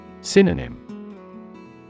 Synonym